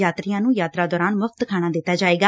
ਯਾਤਰੀਆਂ ਨੂੰ ਯਾਤਰਾ ਦੌਰਾਨ ਮੁਫ਼ਤ ਖਾਣਾ ਦਿੱਾ ਜਾਵੇਗਾ